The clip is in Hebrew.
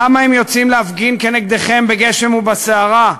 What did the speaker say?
למה הם יוצאים להפגין נגדכם בגשם ובסערה?